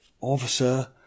officer